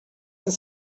ens